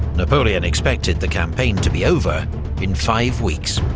napoleon expected the campaign to be over in five weeks.